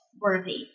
worthy